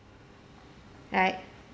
right